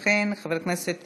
לכן, חבר הכנסת